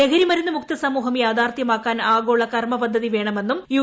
ലഹരി മരുന്ന് മുക്ത സമൂഹം യാഥാർത്ഥ്യമാക്കാൻ ആഗോള കർമ്മ പദ്ധതി വേണ്മെന്നും യു